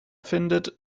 findet